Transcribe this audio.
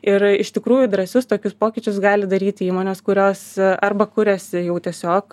ir iš tikrųjų drąsius tokius pokyčius gali daryti įmonės kurios arba kuriasi jau tiesiog